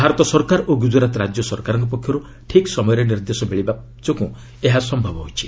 ଭାରତ ସରକାର ଓ ଗୁଜରାତ୍ ରାଜ୍ୟ ସରକାରଙ୍କ ପକ୍ଷରୁ ଠିକ୍ ସମୟରେ ନିର୍ଦ୍ଦେଶ ମିଳିବା ଯୋଗୁଁ ଏହା ସମ୍ଭବ ହୋଇଛି